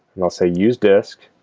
and i'll say use disk